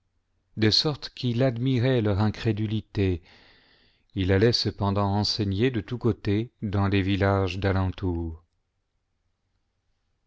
de sorte qu'il admirait leur incrédulité il allait cependant enseigner de tous côtés dans les villages d'alentour